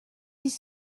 dix